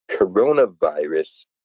coronavirus